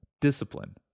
discipline